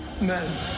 men